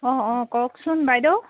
অঁ অঁ কওকচোন বাইদেউ